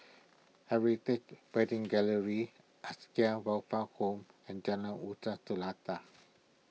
Heritage Wedding Gallery Acacia Welfare Home and Jalan Uta Seletar